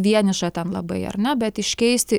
vieniša ten labai ar ne bet iškeisti